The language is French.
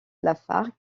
lafargue